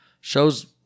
shows